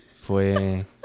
fue